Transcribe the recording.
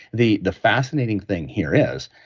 the the fascinating thing here is,